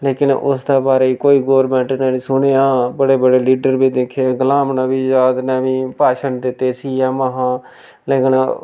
लेकन उसदे बारे च कोई गौरमैंट ने निं सुनेआ बड़े बड़े लीडर बी दिक्खे गुलाम नबी आजाद ने बी भाशण दित्ते सी ऐम्म हा लेकन